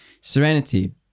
Serenity